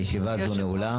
הישיבה נעולה.